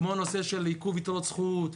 כמו הנושא של עיכוב יתרות זכות,